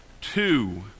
two